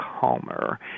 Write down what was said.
calmer